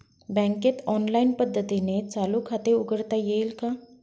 बँकेत ऑनलाईन पद्धतीने चालू खाते उघडता येईल का?